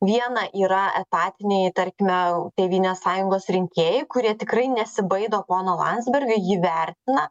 viena yra etatiniai tarkime tėvynės sąjungos rinkėjai kurie tikrai nesibaido pono landsbergio jį vertina